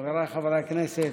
חבריי חברי הכנסת,